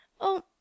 Oh